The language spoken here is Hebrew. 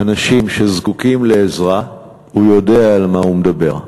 אנשים שזקוקים לעזרה, הוא יודע על מה הוא מדבר.